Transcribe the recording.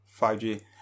5G